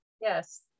Yes